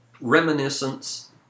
reminiscence